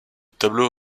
tableau